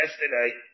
yesterday